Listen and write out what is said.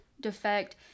defect